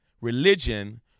Religion